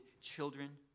children